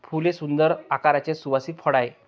फूल हे सुंदर आकाराचे सुवासिक फळ आहे